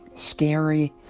scary.